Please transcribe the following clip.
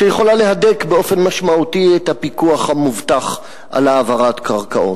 שיכולה להדק באופן משמעותי את הפיקוח המובטח על העברת קרקעות.